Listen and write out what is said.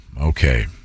Okay